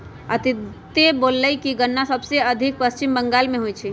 अदित्य बतलकई कि गन्ना सबसे अधिक पश्चिम बंगाल में होई छई